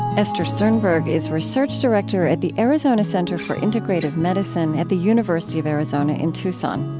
esther sternberg is research director at the arizona center for integrative medicine at the university of arizona in tucson.